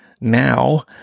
now